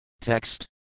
Text